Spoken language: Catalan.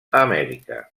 amèrica